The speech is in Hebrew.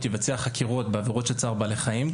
יבצע חקירות בעבירות של צער בעלי חיים,